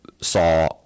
saw